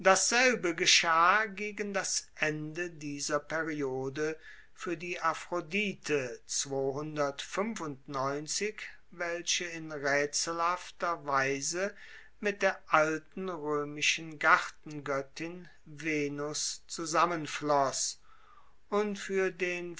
dasselbe geschah gegen das ende dieser periode fuer die aphrodite welche in raetselhafter weise mit der alten roemischen gartengoettin venus zusammenfloss und fuer den